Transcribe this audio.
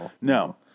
No